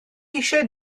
eisiau